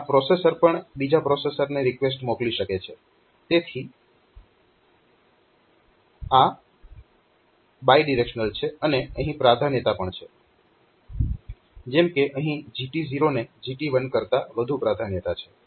આ પ્રોસેસર પણ બીજા પ્રોસેસરને રિકવેસ્ટ મોકલી શકે છે તેથી આ બાયડિરેક્શનલ છે અને અહીં પ્રાધાન્યતા પણ છે જેમ કે અહીં GT0 ને GT1 કરતાં વધુ પ્રાધાન્યતા છે